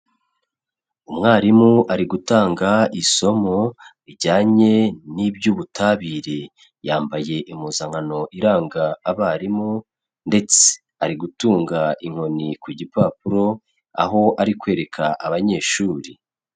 Umwarimu ari gutanga isomo rijyanye n'iby'ubutabire, yambaye impuzankano iranga abarimu, ndetse ari gutunga inkoni ku gipapuro aho ari kwereka abanyeshuri.